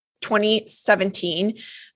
2017